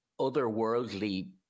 otherworldly